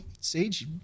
Sage